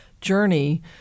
journey